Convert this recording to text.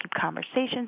conversations